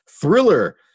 Thriller